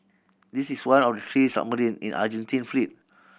this is one of the three submarine in Argentine fleet